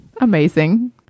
Amazing